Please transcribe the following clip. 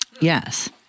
Yes